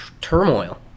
turmoil